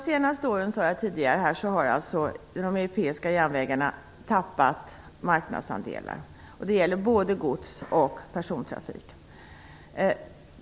Som jag tidigare sade har de europeiska järnvägarna tappat marknadsandelar under de senaste åren. Det gäller både gods och persontrafik.